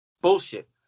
bullshit